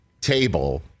table